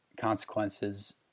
consequences